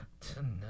tonight